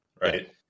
right